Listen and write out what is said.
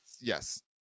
Yes